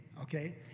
okay